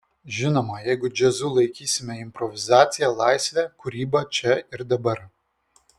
žinoma jeigu džiazu laikysime improvizaciją laisvę kūrybą čia ir dabar